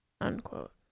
Unquote